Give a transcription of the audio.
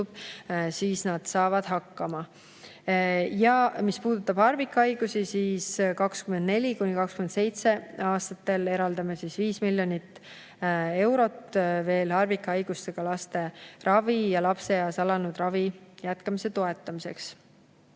nad saavad hakkama. Ja mis puudutab harvikhaigusi, siis 2024.–2027. aastatel eraldame 5 miljonit eurot harvikhaigustega laste ravi ja lapseeas alanud ravi jätkamise toetamiseks.